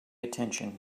attention